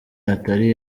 atari